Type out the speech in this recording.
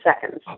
seconds